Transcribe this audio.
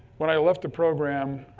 bwhen i left the program,